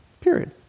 period